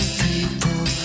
people